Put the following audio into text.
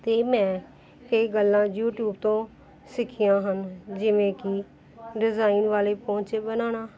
ਅਤੇ ਮੈਂ ਕਈ ਗੱਲਾਂ ਯੂਟੀਊਬ ਤੋਂ ਸਿੱਖੀਆਂ ਹਨ ਜਿਵੇਂ ਕਿ ਡਿਜ਼ਾਇਨ ਵਾਲੇ ਪੌਂਚੇ ਬਣਾਉਣਾ